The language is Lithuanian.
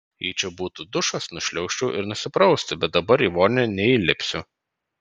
jei čia būtų dušas nušliaužčiau ir nusiprausti bet dabar į vonią neįlipsiu